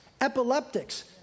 epileptics